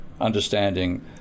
understanding